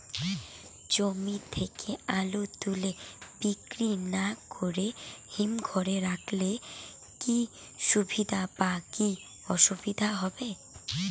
জমি থেকে আলু তুলে বিক্রি না করে হিমঘরে রাখলে কী সুবিধা বা কী অসুবিধা হবে?